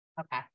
Okay